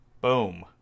Boom